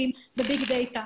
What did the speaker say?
בביג דאטה,